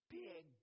big